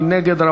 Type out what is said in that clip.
מי נגד?